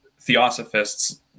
theosophists